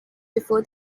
before